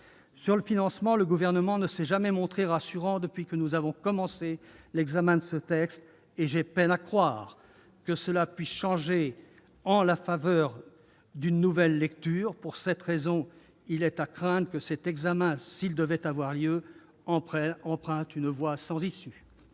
de financement, le Gouvernement ne s'est jamais montré rassurant depuis que nous avons commencé l'examen de ce texte, et j'ai peine à croire que cela puisse changer à la faveur d'une nouvelle lecture. Pour cette raison, il est à craindre que cette nouvelle discussion, si elle devait avoir lieu, emprunte une voie sans issue.